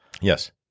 Yes